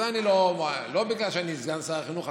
לא בגלל שאני סגן שר החינוך.